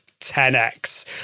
10x